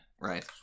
Right